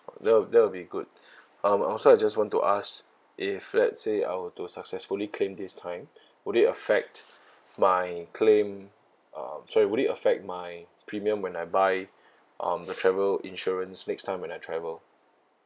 that that'll be good um I also just want to ask if let's say I were to successfully claim this time would it affect my claim um sorry would it affect my premium when I buy um the travel insurance next time when I travel